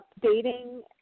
updating